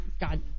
God